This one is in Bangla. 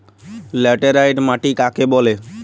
লেটেরাইট মাটি কাকে বলে?